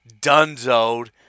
dunzoed